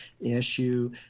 issue